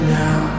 now